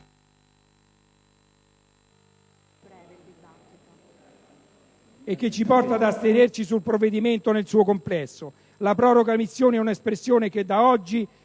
e ci porta adesso ad astenerci sul provvedimento nel suo complesso. La «proroga missioni» è un'espressione che da oggi,